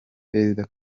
perezida